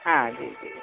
हा जी जी